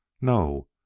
No